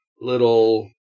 little